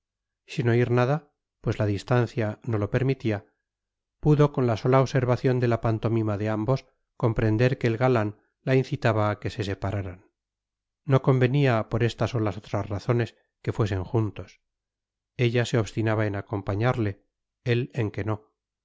coloquio sin oír nada pues la distancia no lo permitía pudo con la sola observación de la pantomima de ambos comprender que el galán la incitaba a que se separaran no convenía por estas o las otras razones que fuesen juntos ella se obstinaba en acompañarle él en que no